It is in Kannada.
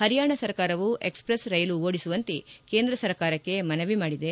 ಹರಿಯಾಣ ಸರ್ಕಾರವು ಎಕ್ಸ್ಪ್ರೆಸ್ ರೈಲು ಓಡಿಸುವಂತೆ ಕೇಂದ್ರ ಸರ್ಕಾರಕ್ಕೆ ಮನವಿ ಮಾಡಿದೆ